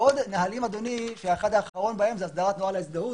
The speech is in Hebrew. ועוד נהלים שהאחרון בהם הוא הסדרת נוהל ההזדהות.